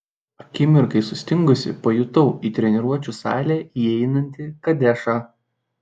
akimirkai sustingusi pajutau į treniruočių salę įeinantį kadešą